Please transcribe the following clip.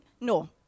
No